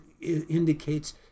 indicates